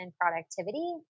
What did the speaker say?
productivity